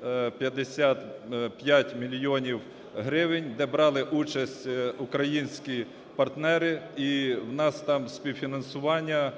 655 мільйонів гривень, де брали участь українські партнери, і в нас там співфінансування